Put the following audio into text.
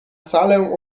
salę